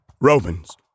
Romans